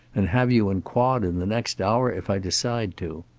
and have you in quod in the next hour, if i decide to.